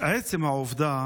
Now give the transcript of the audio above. עצם העובדה